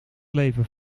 leven